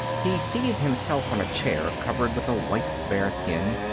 he seated himself on a chair covered with a white bearskin,